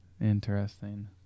Interesting